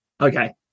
Okay